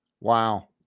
Wow